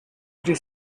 three